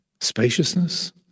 spaciousness